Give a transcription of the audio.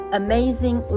amazing